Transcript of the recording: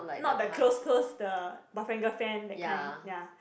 not the close close the boyfriend girlfriend that kind ya